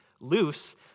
loose